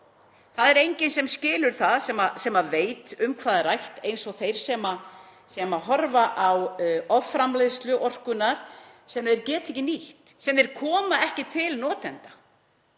Það er enginn sem skilur það sem veit um hvað er rætt eins og þeir sem horfa á offramleiðslu orkunnar sem þeir geta ekki nýtt, sem þeir koma ekki til notenda.